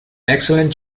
excellent